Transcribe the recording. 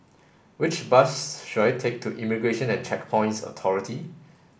which bus should I take to Immigration and Checkpoints Authority